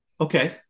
Okay